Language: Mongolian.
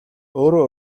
өөрөө